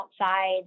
outside